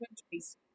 countries